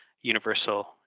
universal